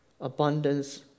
abundance